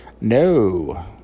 No